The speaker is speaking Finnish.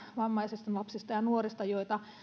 vammaisista lapsista ja nuorista joita